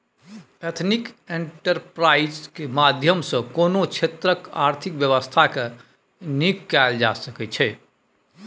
ethnic enterprise केर माध्यम सँ कोनो क्षेत्रक आर्थिक बेबस्था केँ नीक कएल जा सकै छै